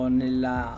nella